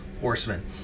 horsemen